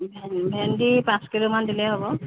ভেন্দি ভেন্দি পাঁচ কিলোমান দিলেই হ'ব